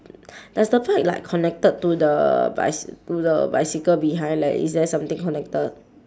does the bike like connected to the bicy~ to the bicycle behind like is there something connected